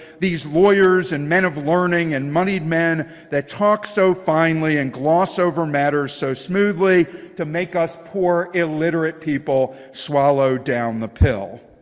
these lawyers and men of learning and moneyed men that talk so finely and gloss over matters so smoothly to make us poor illiterate people swallow down the pill.